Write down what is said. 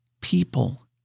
people